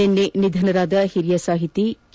ನಿನ್ನೆ ನಿಧನರಾದ ಹಿರಿಯ ಸಾಹಿತಿ ಕೆ